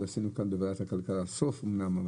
ועשינו כאן בוועדת הכלכלה דברים.